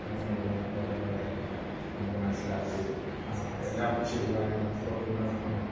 നടന്നു പോകുന്ന ഓരോരോ കാര്യങ്ങൾ നമുക്ക് മനസ്സിലാക്കുകയും എല്ലാം ചെയ്യുവാനും നമുക്ക് ഒന്ന്